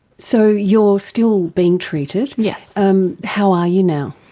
so you're still being treated? yes. um how are you now?